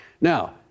Now